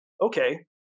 okay